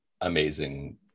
amazing